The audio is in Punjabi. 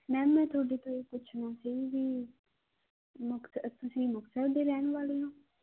ਮੈਮ ਮੈਂ ਤੁਹਾਡੇ ਤੋਂ ਇਹ ਪੁੱਛਣਾ ਸੀ ਵੀ ਮੁਕਤਸਰ ਤੁਸੀਂ ਮੁਕਤਸਰ ਦੇ ਰਹਿਣ ਵਾਲੇ ਹੋ